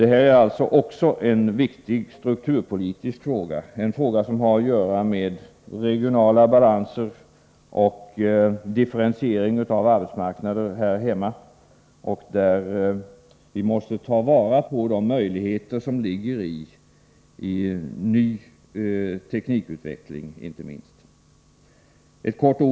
Det här är alltså också en viktig strukturpolitisk fråga, som har att göra med regionala balanser och differentieringen av arbetsmarknaden här hemma. Vi måste ta vara på de möjligheter som ligger i inte minst ny teknikutveckling.